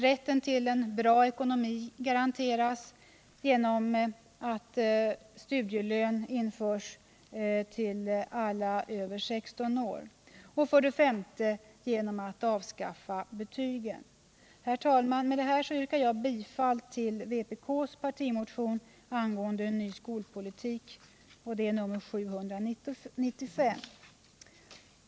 Rätten till en bra ekonomi garanteras genom att studielön för alla över 16 år införs. Herr talman! Med detta yrkar jag bifall till vpk:s partimotion om en ny skolpolitik, motionen 795.